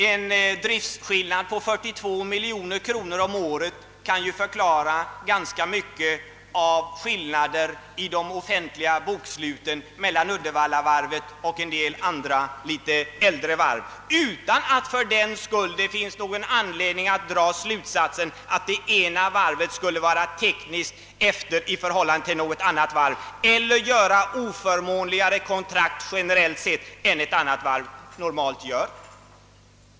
En skillnad i driftresultatet på 42 miljoner kronor om året kunde förklara ganska mycket av olikheter i de offentliga boksluten meilan Uddevallavarvet och en del andra litet äldre varv, utan att det fördenskull finns någon anledning att dra slutsatsen att det ena varvet skulle vara tekniskt efter i förhållande till något annat varv eller gör oförmånligare kontrakt generellt sett än ett annat varv normalt gör.